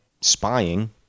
spying